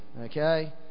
Okay